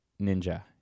Ninja